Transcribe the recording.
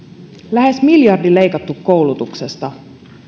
lähes miljardi leikattu koulutuksesta